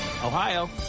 Ohio